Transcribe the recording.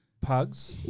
Pugs